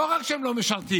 לא רק שהם לא משרתים,